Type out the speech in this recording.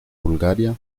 bulgaria